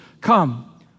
Come